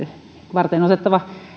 varteenotettava